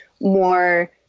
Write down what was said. more